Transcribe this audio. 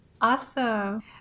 Awesome